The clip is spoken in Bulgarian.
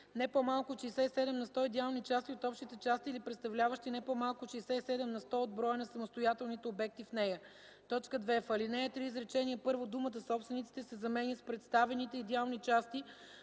не по-малко от 67 на сто идеални части от общите части или представляващи не по-малко от 67 на сто от броя на самостоятелните обекти в нея”. 2. В ал. 3, изречение първо думата „собствениците” се заменя с „представените идеални части